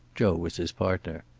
joe was his partner.